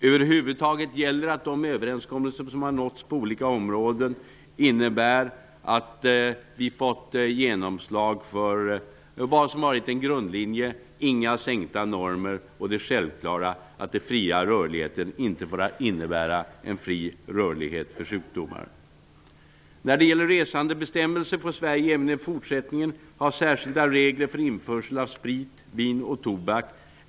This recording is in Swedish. Över huvud taget gäller att de överenskommelser som har nåtts på olika områden innebär att vi har fått genomslag för vad som har varit en grundlinje, nämligen inga sänkta normer och att den fria rörligheten självfallet inte får innebära en fri rörlighet för sjukdomar. När det gäller resandebestämmelser får Sverige även i fortsättningen ha särskilda regler för införsel av sprit, vin och tobak.